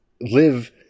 live